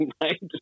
right